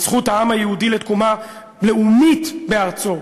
זכות העם היהודי לתקומה לאומית בארצו,